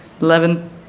eleven